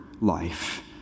life